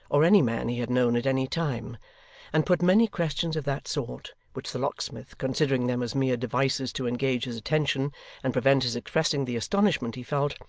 or any man he had known at any time and put many questions of that sort, which the locksmith, considering them as mere devices to engage his attention and prevent his expressing the astonishment he felt,